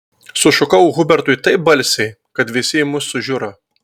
sušukau hubertui taip balsiai kad visi į mus sužiuro